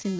சிந்து